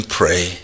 pray